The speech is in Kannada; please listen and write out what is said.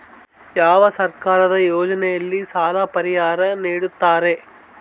ಯಾವ ಸರ್ಕಾರದ ಯೋಜನೆಯಲ್ಲಿ ಸಾಲ ಪರಿಹಾರ ನೇಡುತ್ತಾರೆ?